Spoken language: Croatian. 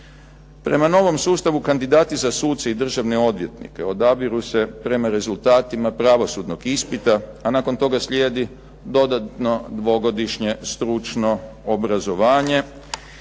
Prema novom sustavu kandidati za suce i državne odvjetnike odabiru se prema rezultatima pravosudnog ispita, a nakon toga slijedi dodatno dvogodišnje stručno obrazovanje